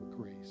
grace